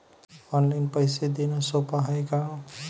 Online पैसे देण सोप हाय का?